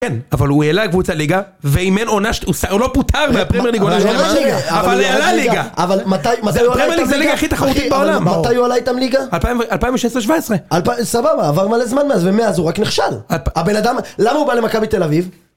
כן, אבל הוא העלה קבוצה ליגה, ואם אין עונש, הוא לא פוטר מהפרמר ניגולה של הליגה, אבל עלה ליגה! אבל מתי, מתי היו עלה איתם ליגה? הפרמר ניגולה זה הליגה הכי תחרותית בעולם! מתי הוא עלה איתם ליגה? 2016-2017 סבבה, עבר מלא זמן מאז, ומאז הוא רק נכשל! הבן אדם, למה הוא בא למכבי תל אביב?